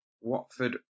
Watford